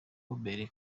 cyane